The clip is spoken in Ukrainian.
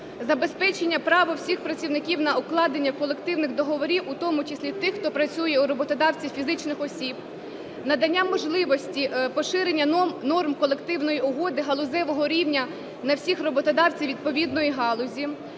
забезпечення права всіх працівників на укладання колективних договорів, у тому числі тих, хто працює у роботодавців - фізичних осіб, надання можливості поширення норм колективної угоди галузевого рівня на всіх роботодавців відповідної галузі.